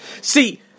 see